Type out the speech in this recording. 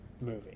movie